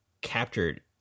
captured